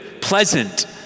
pleasant